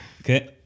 okay